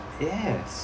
yes